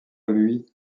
lui